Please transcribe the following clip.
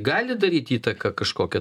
gali daryt įtaką kažkokią